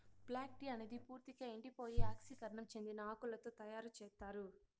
black tea అనేది పూర్తిక ఎండిపోయి ఆక్సీకరణం చెందిన ఆకులతో తయారు చేత్తారు